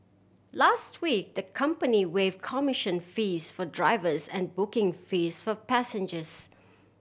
last week the company waive commission fees for drivers and booking fees for passengers